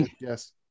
Yes